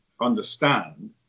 understand